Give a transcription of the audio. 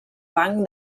banc